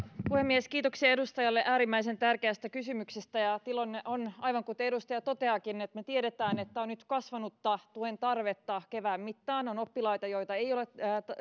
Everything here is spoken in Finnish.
puhemies kiitoksia edustajalle äärimmäisen tärkeästä kysymyksestä tilanne on aivan kuten edustaja toteaakin että me tiedämme että on tullut kasvanutta tuen tarvetta kevään mittaan on oppilaita joita ei ole